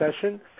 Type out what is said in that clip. session